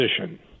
position